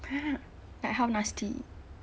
!huh! like how nasty